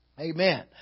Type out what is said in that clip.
Amen